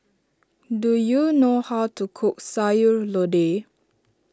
do you know how to cook Sayur Lodeh